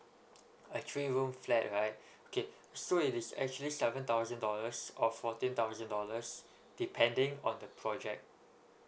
a three room flat right okay so it is actually seven thousand dollars or fourteen thousand dollars depending on the project